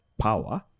power